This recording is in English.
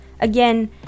again